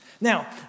Now